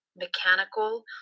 mechanical